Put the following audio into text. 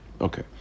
Okay